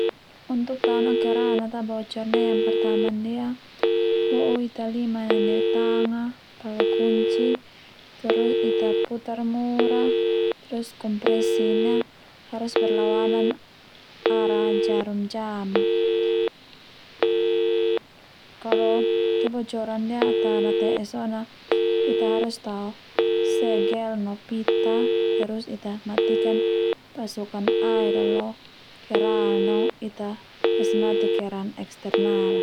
Untuk tao na keran ta bocor ndia pertama ndia ho'u Ita liman neu tang a pake kunci terus Ita putar mur terus kompresi na berlawanan arah jarum jam a, kalo kebocoran ndia ana ta nate'e sone ita hrus tao segel no pita terus Ita matikan pasokan air a lo keran a no Ita kasmti keran eksternal a.